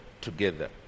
together